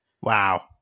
Wow